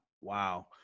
Wow